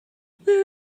there